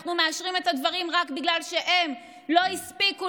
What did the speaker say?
אנחנו מאשרים את הדברים רק בגלל שהם לא הספיקו